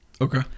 Okay